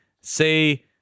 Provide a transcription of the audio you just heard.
say